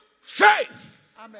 faith